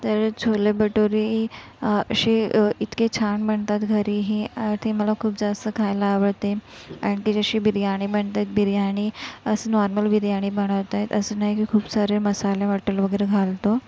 तर छोले भटुरे शे इतके छान बनतात घरीही ते मला खूप जास्त खायला आवडते आणि त्याच्याशी बिर्याणी पण ते बिर्याणी असं नॉर्मल बिर्याणी बनवते असं नाही की खूप सारे मसाले वाटून वगैरे घालतो